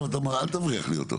אל תבריח לי אותו.